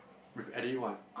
with anyone